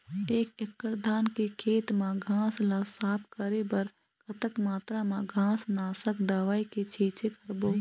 एक एकड़ धान के खेत मा घास ला साफ करे बर कतक मात्रा मा घास नासक दवई के छींचे करबो?